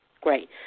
Great